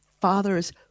father's